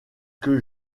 que